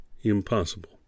impossible